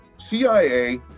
CIA